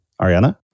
Ariana